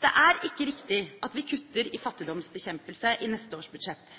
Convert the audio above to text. Det er ikke riktig at vi kutter i fattigdomsbekjempelse i neste års budsjett.